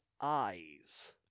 eyes